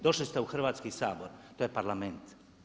Došli ste u Hrvatski sabor, to je Parlament.